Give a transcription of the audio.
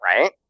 Right